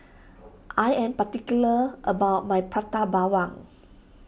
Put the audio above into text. I am particular about my Prata Bawang